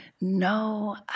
no